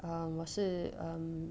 um 我是 um